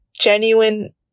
genuine